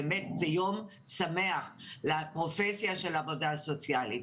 באמת, זה יום שמח לפרופסיה של עבודה סוציאלית.